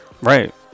Right